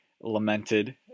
lamented